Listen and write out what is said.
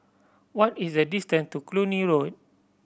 what is the distant to Cluny Road